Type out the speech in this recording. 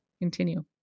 continue